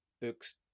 books